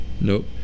Nope